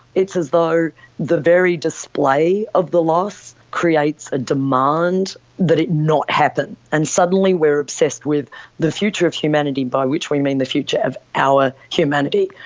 it's as though the very display of the loss creates a demand that it not happen. and suddenly we're obsessed with the future of humanity by which we mean the future of our humanity.